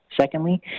Secondly